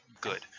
good